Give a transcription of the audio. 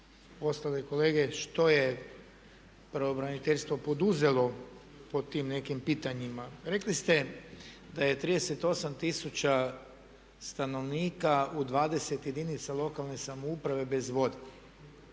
ostale kolege što je pravobraniteljstvo poduzelo po tim nekim pitanjima. Rekli ste da je 38 tisuća stanovnika u 20 jedinica lokalne samouprave bez vode.